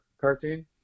cartoon